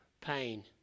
pain